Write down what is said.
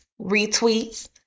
retweets